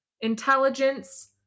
intelligence